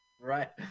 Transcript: right